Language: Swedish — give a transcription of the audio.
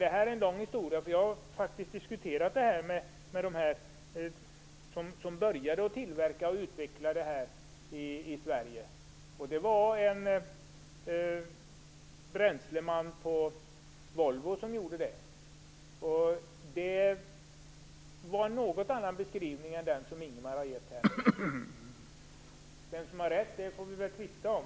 Detta är en lång historia, och jag har faktiskt diskuterat detta med dem som började tillverka och utveckla den i Sverige. Det var en bränsleman på Volvo som gjorde det. Jag fick en något annan beskrivning än den som Ingemar Josefsson har gett här. Vem som har rätt får vi väl tvista om.